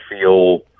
feel